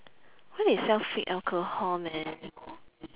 why they sell fake alcohol man